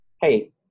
hey